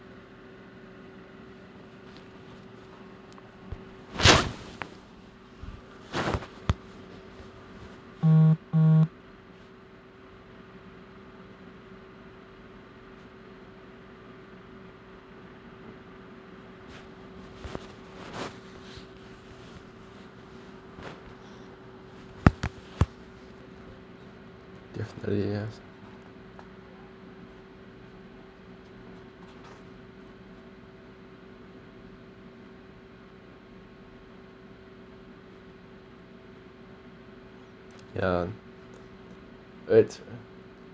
definitely yes ya it's